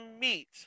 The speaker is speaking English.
meet